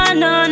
no